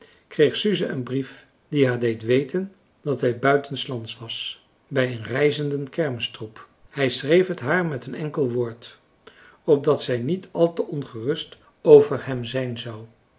kreeg suze een brief die haar deed weten dat hij buitenslands was bij een reizenden kermistroep hij schreef het haar met een enkel woord opdat zij niet al te ongerust over hem zijn zou